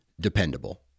dependable